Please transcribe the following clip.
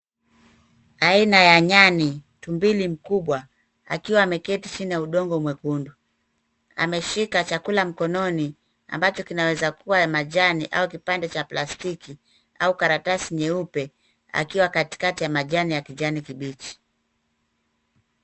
Aina ya nyani tumbili mkubwa akiwa ameketi chini ya udongo mwekundu. Ameshika chakula mkononi ambacho kinaweza kuwa majani au kipande cha plastiki au karatasi nyeupe akiwa katikati ya majani ya kijani kibichi.